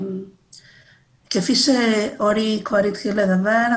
כפי שאורי כבר התחיל לדבר,